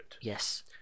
yes